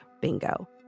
Bingo